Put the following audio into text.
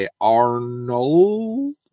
Arnold